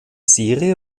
serie